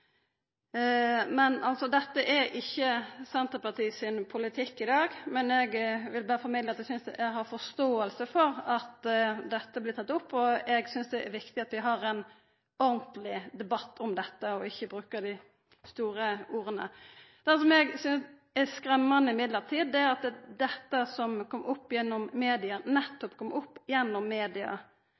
men eg vil berre formidla at eg synest eg har forståing for at dette blir tatt opp. Eg synest det er viktig at vi har ein ordentleg debatt om dette, og ikkje brukar dei store orda. Det som eg likevel synest er skremmande, er at dette som kom opp gjennom media, nettopp kom opp gjennom media.